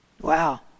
Wow